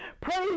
Praise